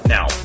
Now